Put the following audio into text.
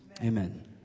Amen